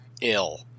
ill